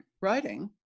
writing